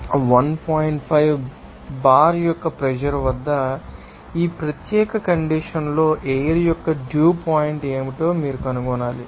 5 bar యొక్క pressure వద్ద ఈ ప్రత్యేక కండిషన్స్ లో ఎయిర్ యొక్క డ్యూ పాయింట్ ఏమిటో మీరు కనుగొనాలి